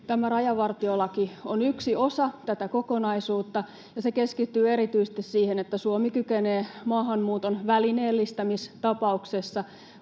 Tämä rajavartiolaki on yksi osa tätä kokonaisuutta, ja se keskittyy erityisesti siihen, että Suomi kykenee maahanmuuton välineellistämistapauksessa,